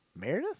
Meredith